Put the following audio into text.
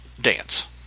dance